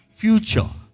future